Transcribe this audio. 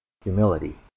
Humility